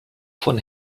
von